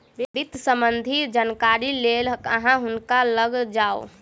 वित्त सम्बन्धी जानकारीक लेल अहाँ हुनका लग जाऊ